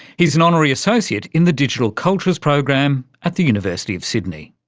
he's an honorary associate in the digital cultures program at the university of sydney.